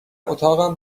اتاقم